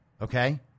Okay